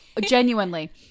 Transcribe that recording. genuinely